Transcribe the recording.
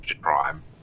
Prime